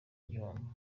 igihombo